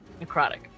Necrotic